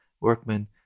workmen